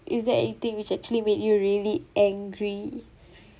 is there anything which actually made you really angry